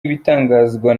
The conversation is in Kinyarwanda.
ibitangazwa